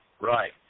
right